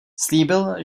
slíbil